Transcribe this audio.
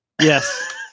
yes